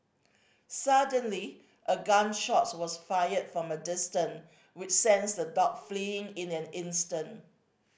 suddenly a gun shot was fired from a distant which sends the dog fleeing in an instant